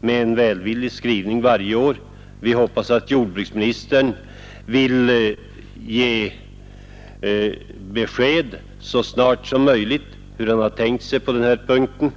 med en välvillig skrivning. Vi hoppas att jordbruksministern så snart som möjligt vill ge oss ett besked om hur han tänkt sig saken.